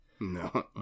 No